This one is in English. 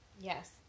Yes